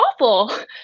awful